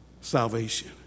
salvation